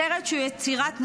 סרט שהוא יצירת מופת.